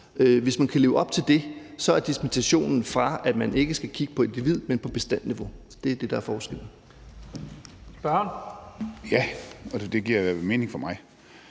Hvis man kan leve op til det, er det en dispensation fra, at man ikke skal kigge på individniveau, men på bestandsniveau. Det er det, der er forskellen. Kl. 16:57 Første næstformand